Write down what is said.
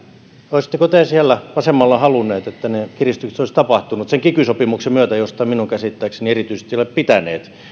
olisitteko te siellä vasemmalla halunneet että ne kiristykset olisivat tapahtuneet sen kiky sopimuksen myötä josta minun käsittääkseni erityisesti ette ole pitäneet